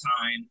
time